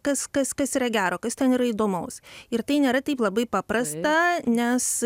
kas kas kas yra gero kas ten yra įdomaus ir tai nėra taip labai paprasta nes